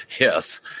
Yes